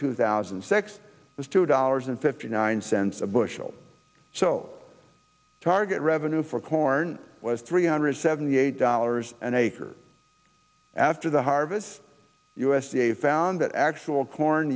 two thousand and six was two dollars and fifty nine cents a bushel so target revenue for corn was three hundred seventy eight dollars an acre after the harvest u s d a found that actual corn